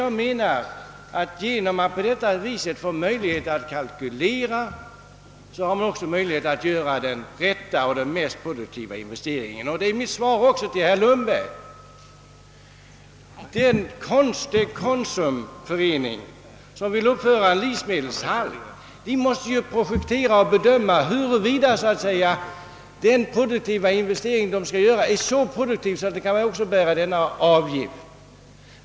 Genom att på detta sätt få möjlighet att kalkylera har man utsikt att kunna göra den rätta och mest produktiva investeringen. Detsamma är mitt svar också till herr Lundberg. Den konsumförening som vill uppföra en livsmedelshall måste projektera och bedöma huruvida den produktiva investering, den vill göra, är så produktiv att den också kan bära denna avgift.